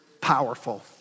powerful